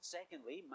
Secondly